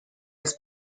was